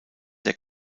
der